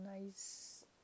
nice